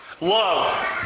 Love